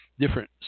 Different